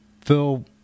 Phil